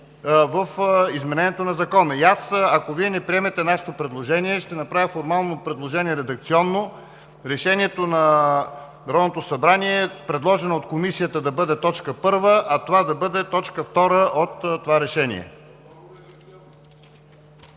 в изменението на Закона. Ако Вие не приемете нашето предложение, ще направя формално редакционно предложение – решението на Народното събрание, предложено от Комисията, да бъде т. 1, а това да бъде т. 2 от това Решение.